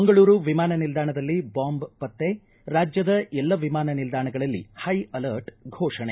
ಮಂಗಳೂರು ವಿಮಾನ ನಿಲ್ದಾಣದಲ್ಲಿ ಬಾಂಬ್ ಪತ್ತೆ ರಾಜ್ಯದ ಎಲ್ಲ ವಿಮಾನ ನಿಲ್ದಾಣಗಳಲ್ಲಿ ಹೈ ಅಲರ್ಟ್ ಘೋಷಣೆ